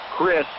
Chris